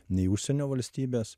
nei užsienio valstybės